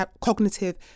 cognitive